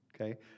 okay